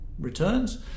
returns